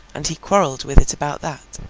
and he quarrelled with it about that.